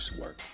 work